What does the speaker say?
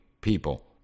people